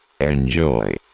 Enjoy